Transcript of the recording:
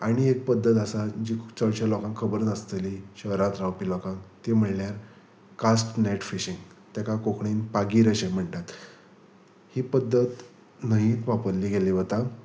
आनी एक पद्दत आसा जी चडशे लोकांक खबर नासतली शहरांत रावपी लोकांक ती म्हणल्यार कास्ट नॅट फिशींग ताका कोंकणीन पागीर अशें म्हणटात ही पद्दत न्हंयेंत वापरली गेली वता